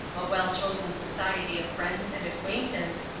a well chosen society of friends and acquaintance,